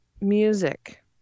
music